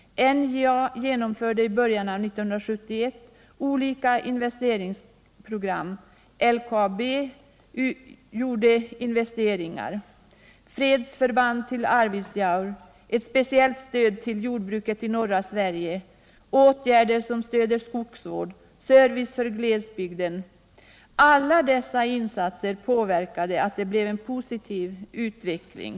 NJA genomförde i början av 1971 olika investeringsprogram. Även LKAB gjorde investeringar. Insatser som förläggningen av fredsförbandet till Arvidsjaur och införandet av ett speciellt stöd till jordbruket i norra Sverige liksom åtgärder till stöd för skogsvård och för service till glesbygden 67 medverkade till att det blev en positiv utveckling.